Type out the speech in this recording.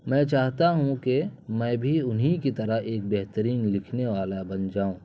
میں چاہتا ہوں کہ میں بھی انہی کی طرح ایک بہترین لکھنے والا بن جاؤں